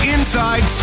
Inside